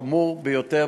זה חמור ביותר,